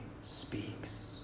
speaks